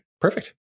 perfect